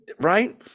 right